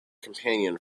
companion